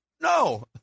no